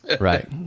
Right